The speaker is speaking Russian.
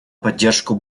поддержку